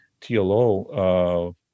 tlo